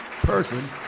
person